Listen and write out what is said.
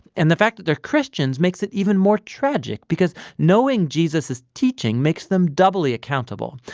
and the fact that they are christians makes it even more tragic because knowing jesus' teaching makes them doubly accountable.